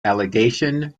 allegation